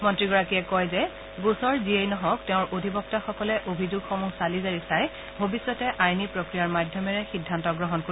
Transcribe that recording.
মন্ত্ৰীগৰাকীয়ে কয় যে গোচৰ যিয়েই নহওক তেওঁৰ অধিবক্তাসকলে অভিযোগসমূহ চালি জাৰি চাই ভৱিষ্যতে আইনী প্ৰক্ৰিয়াৰ মাধ্যমেৰে সিদ্ধান্ত গ্ৰহণ কৰিব